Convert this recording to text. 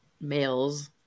males